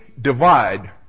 Divide